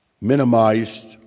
minimized